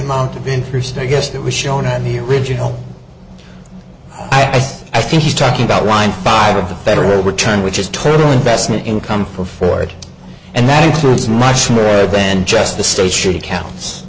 amount of interest or guest that was shown and the original i think he's talking about wind five of the federal return which is total investment income for ford and that includes much merit then just the state should accounts